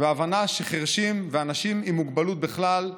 וההבנה שחירשים, ואנשים עם מוגבלות בכלל,